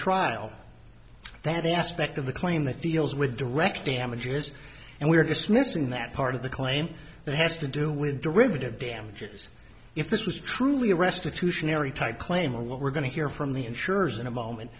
trial that aspect of the claim that deals with direct damages and we're dismissing that part of the claim that has to do with derivative damages if this was truly a restitution arry type claim or what we're going to hear from the insurers in a moment